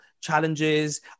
challenges